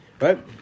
right